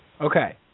Okay